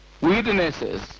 witnesses